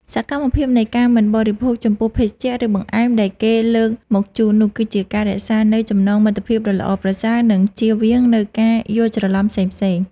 សកម្មភាពនៃការមិនបដិសេធចំពោះភេសជ្ជៈ ឬបង្អែមដែលគេលើកមកជូននោះ គឺជាការរក្សានូវចំណងមិត្តភាពដ៏ល្អប្រសើរ និងជៀសវាងនូវការយល់ច្រឡំផ្សេងៗ។